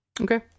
Okay